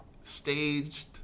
staged